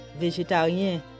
Végétarien